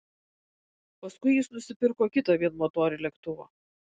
paskui jis nusipirko kitą vienmotorį lėktuvą